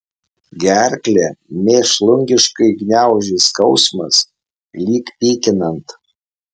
gerklę mėšlungiškai gniaužė skausmas lyg pykinant